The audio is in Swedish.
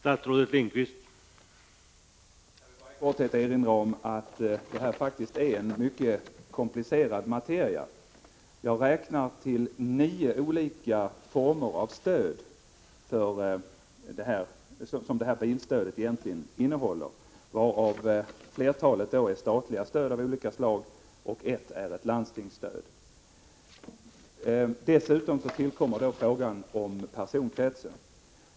Herr talman! Jag vill bara erinra om att det här faktiskt är ett mycket komplicerat material. Jag har räknat att det är nio olika former av stöd som bilstödet egentligen innehåller, varav flertalet är statliga stöd av olika slag och ett är ett landstingsstöd. Dessutom tillkommer frågan om personkretsen.